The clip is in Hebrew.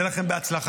שיהיה לכן בהצלחה.